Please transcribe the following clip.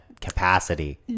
capacity